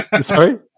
Sorry